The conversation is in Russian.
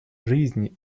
жизни